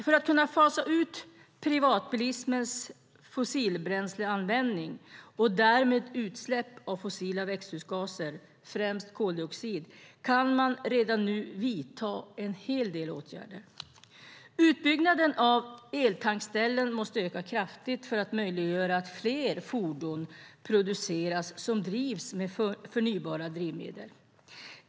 För att kunna fasa ut privatbilismens fossilbränsleanvändning och därmed utsläpp av fossila växthusgaser, främst koldioxid, kan man redan nu vidta en hel del åtgärder. Utbyggnaden av eltankställen måste öka kraftigt för att möjliggöra att fler fordon som drivs med förnybara drivmedel produceras.